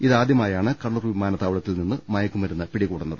ഇതാദ്യമായാണ് കണ്ണൂർ വിമാനത്താവളത്തിൽ നിന്ന് മയക്കുമരുന്ന് പിടികൂടുന്നത്